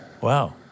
Wow